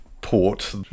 port